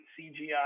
CGI